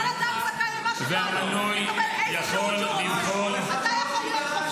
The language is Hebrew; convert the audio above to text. לבחור ----- רצונו החופשי --- הכי חשוב --- רצונו החופשי.